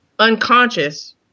unconscious